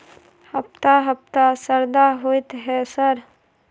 हफ्ता हफ्ता शरदा होतय है सर?